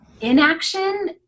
inaction